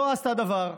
לא עשתה דבר,